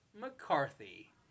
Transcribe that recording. McCarthy